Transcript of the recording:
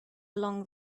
along